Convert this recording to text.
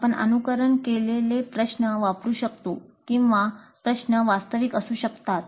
आपण अनुकरण केलेले प्रश्न वापरू शकतो किंवा प्रश्न वास्तविक असू शकतात